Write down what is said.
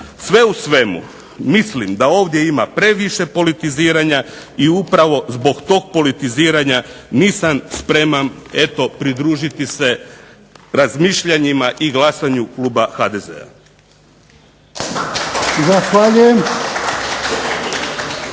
Sve u svemu, mislim da ovdje ima previše politiziranja i upravo zbog tog politiziranja nisam spreman pridružiti razmišljanjima i glasanju kluba HDZ-a.